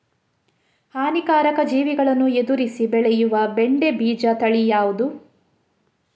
ಹಾನಿಕಾರಕ ಜೀವಿಗಳನ್ನು ಎದುರಿಸಿ ಬೆಳೆಯುವ ಬೆಂಡೆ ಬೀಜ ತಳಿ ಯಾವ್ದು?